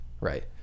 right